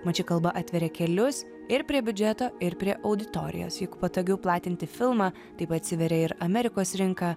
mat ši kalba atveria kelius ir prie biudžeto ir prie auditorijos juk patogiau platinti filmą taip atsiveria ir amerikos rinka